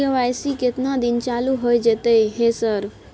KYC केतना दिन चालू होय जेतै है सर?